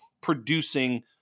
producing